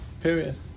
Period